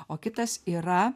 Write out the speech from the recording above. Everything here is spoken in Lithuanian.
o kitas yra